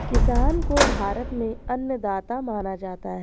किसान को भारत में अन्नदाता माना जाता है